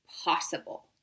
possible